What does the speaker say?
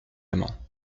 amants